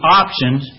options